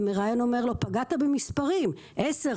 המראיין אומר לו: פגעת במספרים 10%,